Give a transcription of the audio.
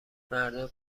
مردا